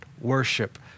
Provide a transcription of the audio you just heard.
worship